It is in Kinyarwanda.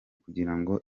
kugirango